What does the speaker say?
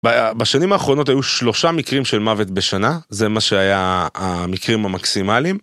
בשנים האחרונות היו שלושה מקרים של מוות בשנה, זה מה שהיה המקרים המקסימליים.